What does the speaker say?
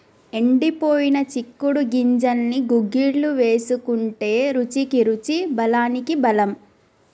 ఎండిపోయిన చిక్కుడు గింజల్ని గుగ్గిళ్లు వేసుకుంటే రుచికి రుచి బలానికి బలం